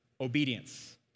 obedience